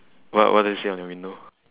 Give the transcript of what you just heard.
what what does it say on your window